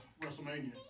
WrestleMania